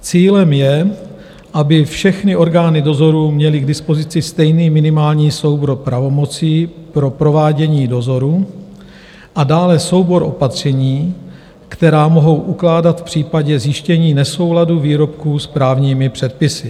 Cílem je, aby všechny orgány dozoru měly k dispozici stejný minimální soubor pravomocí pro provádění dozoru a dále soubor opatření, která mohou ukládat v případě zjištění nesouladu výrobků s právními předpisy.